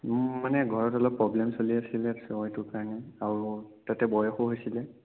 মোৰ মানে ঘৰত অলপ প্ৰব্লেম চলি আছিলে চ' সেইটো কাৰণে আৰু তাতে বয়সো হৈছিলে